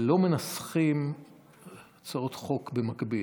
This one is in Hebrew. ולא מנסחים הצעות חוק במקביל,